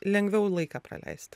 lengviau laiką praleist